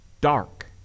dark